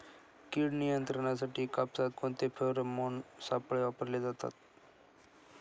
कीड नियंत्रणासाठी कापसात कोणते फेरोमोन सापळे वापरले जातात?